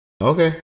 Okay